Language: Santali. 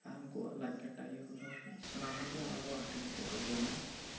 ᱟᱨ ᱩᱱᱠᱩᱭᱟᱜ ᱞᱟᱡ ᱠᱟᱴᱟ ᱤᱭᱟᱹ ᱠᱚ ᱫᱚ ᱥᱟᱱᱟᱢ ᱦᱚᱲ ᱦᱟᱹᱴᱤᱧ ᱠᱟᱛᱮᱜ ᱜᱮᱠᱚ ᱡᱚᱢᱟ